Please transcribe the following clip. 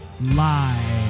live